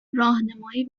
راهنمایی